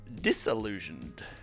disillusioned